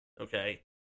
Okay